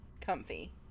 comfy